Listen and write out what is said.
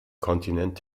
kontinent